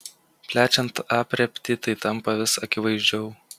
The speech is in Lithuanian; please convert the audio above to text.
plečiant aprėptį tai tampa vis akivaizdžiau